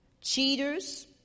cheaters